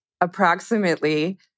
approximately